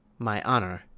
my honour.